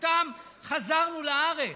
בזכותם חזרנו לארץ,